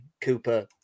Cooper